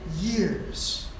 years